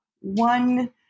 one